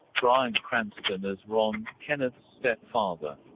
bryan cranston as ron, kenneth's step-father.